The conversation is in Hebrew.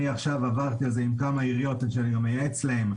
אני עכשיו עברתי על זה עם כמה עיריות שאני גם מייעץ להן,